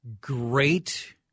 Great